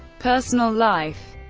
personal life